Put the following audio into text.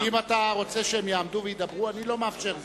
אם אתה רוצה שהם יעמדו וידברו, אני לא מאפשר זאת.